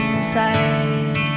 inside